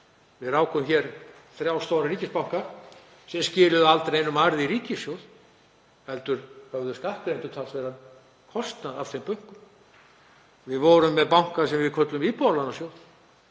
við rákum þrjá stóra ríkisbanka sem skiluðu aldrei neinum arði í ríkissjóð heldur höfðu skattgreiðendur talsverðan kostnað af þeim bönkum. Við vorum með banka sem við köllum Íbúðalánasjóð